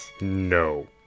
No